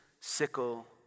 sickle